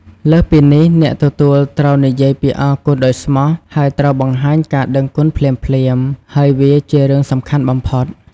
លើសពីនេះ អ្នកទទួលត្រូវនិយាយពាក្យអរគុណដោយស្មោះ ហើយត្រូវបង្ហាញការដឹងគុណភ្លាមៗ ហើយវាជារឿងសំខាន់បំផុត។